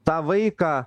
tą vaiką